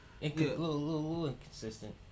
Inconsistent